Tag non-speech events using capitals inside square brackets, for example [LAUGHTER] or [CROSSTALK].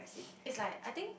[NOISE] it's like I think